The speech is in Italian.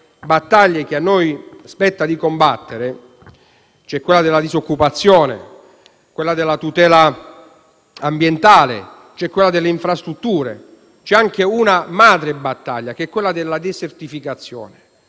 le varie battaglie che a noi spetta combattere, c'è quella della disoccupazione, quella della tutela ambientale, quella delle infrastrutture, ma c'è anche una madre battaglia, quella della desertificazione,